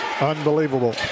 Unbelievable